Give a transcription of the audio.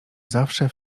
zawsze